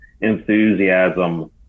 enthusiasm